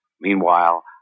Meanwhile